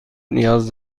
نیاز